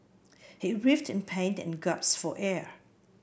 he writhed in pain and gasped for air